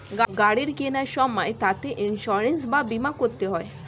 গাড়ি কেনার সময় তাতে ইন্সুরেন্স বা বীমা করতে হয়